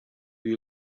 you